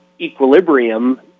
equilibrium